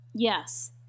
Yes